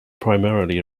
primarily